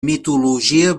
mitologia